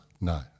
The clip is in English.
No